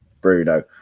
Bruno